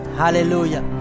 hallelujah